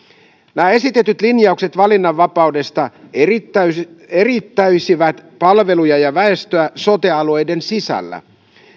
nämä esitetyt linjaukset valinnanvapaudesta eriyttäisivät eriyttäisivät palveluja ja väestöä sote alueiden sisällä